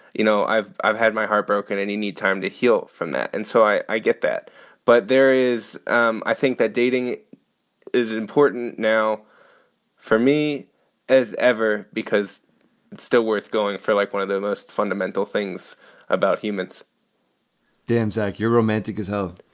you know, i've i've had my heart broken and you need time to heal from that. and so i get that but there is um i think that dating is important now for me as ever, because it's still worth going for, like one of the most fundamental things about humans damn, zach, you're romantic as hell.